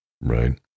Right